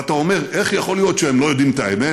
ואתה אומר: איך יכול להיות שהם לא יודעים את האמת?